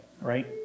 right